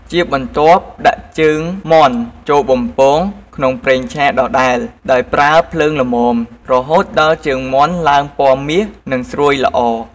ជាបន្ទាប់ដាក់ជើងមាន់ចូលបំពងក្នុងប្រេងឆាដដែល ដោយប្រើភ្លើងល្មម រហូតដល់ជើងមាន់ឡើងពណ៌មាសនិងស្រួយល្អ។